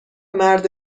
مرد